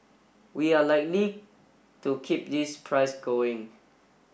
we are likely to keep this price going